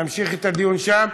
נמשיך את הדיון שם.